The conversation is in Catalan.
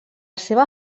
seva